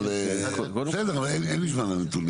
אבל, בסדר, אבל אין לי זמן לנתונים.